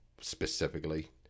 specifically